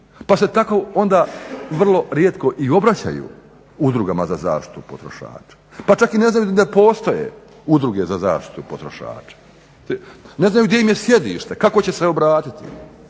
Pa se tako onda vrlo rijetko i obraćaju udrugama za zaštitu potrošača, pa čak ni ne znaju da postoje udruge za zaštitu potrošača, ne znaju gdje im je sjedište, kako će se obratiti